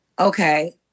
Okay